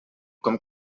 com